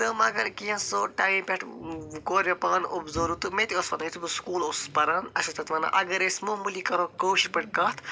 تہٕ مگرو کیٚنٛہہ سو ٹاے پٮ۪ٹھ کوٚر مےٚ پانہٕ اوٚبزرو تہٕ مےٚ تہِ ٲسۍ پتاہ یُتھے بہٕ سکوٗل اوسُس پران اَسہِ ٲسۍ تتہِ ونان اگر أسۍ معموٗلی کَرہو کٲشُر پٲٹھۍ کٔتھ